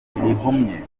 rihumye